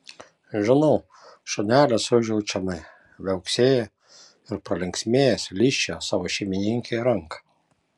žinau šunelis užjaučiamai viauksėjo ir pralinksmėjęs lyžčiojo savo šeimininkei ranką